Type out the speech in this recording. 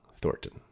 Thornton